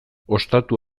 ostatu